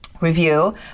review